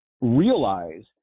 realize